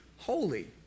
Holy